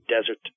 Desert